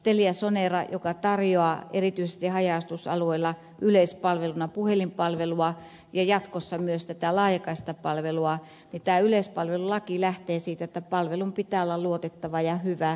teliasonera joka tarjoaa erityisesti haja asutusalueilla yleispalveluna puhelinpalvelua ja jatkossa myös tätä laajakaistapalvelua niin tämä yleispalvelulaki lähtee siitä että palvelun pitää olla luotettava ja hyvä